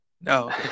no